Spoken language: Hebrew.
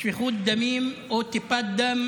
שפיכות דמים או טיפת דם